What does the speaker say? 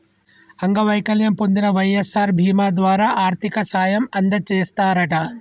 అంగవైకల్యం పొందిన వై.ఎస్.ఆర్ బీమా ద్వారా ఆర్థిక సాయం అందజేస్తారట